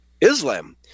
Islam